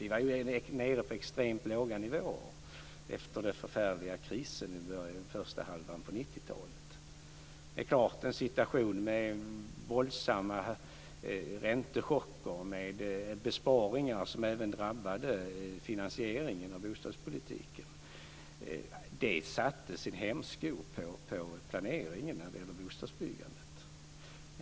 Vi var nere på extremt låga nivåer efter den förfärliga krisen under första halvan av 90-talet. Det är klart att en situation med våldsamma räntechocker och med besparingar som även drabbade finansieringen av bostadspolitiken satte sin hämsko på planeringen när det gäller bostadsbyggandet.